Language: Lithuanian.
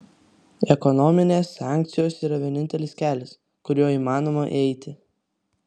ekonominės sankcijos yra vienintelis kelias kuriuo įmanoma eiti